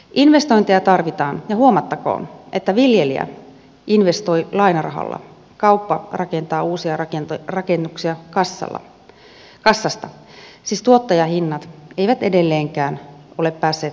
investointeja tarvitaan ja huomattakoon että viljelijä investoi lainarahalla kauppa rakentaa uusia rakennuksia kassasta siis tuottajahinnat eivät edelleenkään ole päässeet nousemaan